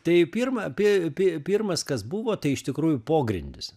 tai pirma pi pi pirmas kas buvo tai iš tikrųjų pogrindis